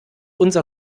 unser